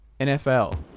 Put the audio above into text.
NFL